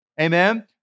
Amen